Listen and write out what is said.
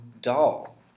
doll